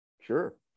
sure